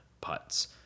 putts